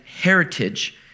heritage